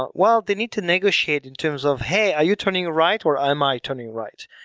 ah while the need to negotiate in terms of, hey, are you turning right or am i turning right?